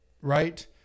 right